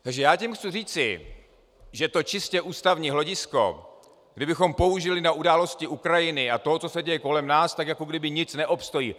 Takže já tím chci říci, že to čistě ústavní hledisko, kdybychom použili na události Ukrajiny a toho, co se děje kolem nás, tak jakoby nic neobstojí.